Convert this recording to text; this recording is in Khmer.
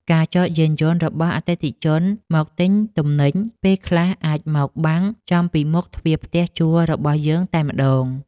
ការចតយានយន្តរបស់អតិថិជនមកទិញទំនិញពេលខ្លះអាចមកបាំងចំពីមុខទ្វារផ្ទះជួលរបស់យើងតែម្តង។